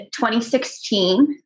2016